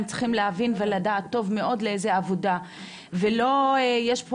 הם צריכים להבין ולדעת טוב מאוד לאיזו עבודה ולא יש פה